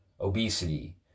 obesity